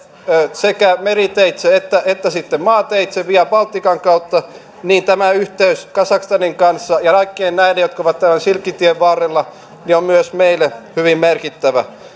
sekä meriteitse että että maateitse via baltican kautta niin tämä yhteys kazakstanin kanssa ja kaikkien näiden jotka ovat tämän silkkitien varrella on myös meille hyvin merkittävä